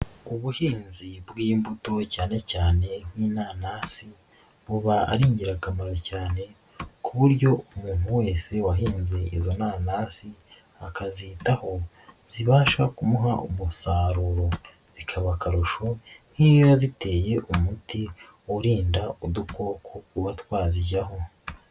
Ubuhinzi bw'imbuto cyane cyane nk'inanasi buba ari ingirakamaro cyane ku buryo umuntu wese wahinze izo nanasi akazitaho zibasha kumuha umusaruro bikaba akarusho nk'iyo waziteye umuti urinda udukoko kuba twazijyaho.